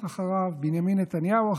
להם.